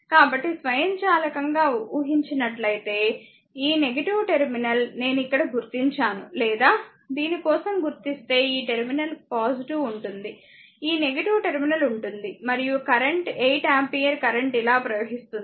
కాబట్టి స్వయంచాలకంగా ఊహించినట్లైతే ఈ టెర్మినల్ నేను ఇక్కడ గుర్తించాను లేదా దీని కోసం గుర్తిస్తే ఈ టెర్మినల్ ఉంటుంది ఈ టెర్మినల్ ఉంటుంది మరియు కరెంట్ 8 ఆంపియర్ కరెంట్ ఇలా ప్రవహిస్తుంది